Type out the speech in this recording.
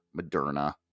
Moderna